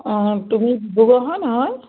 অঁ তুমি ডিব্ৰুগড়ৰ হয় নহয়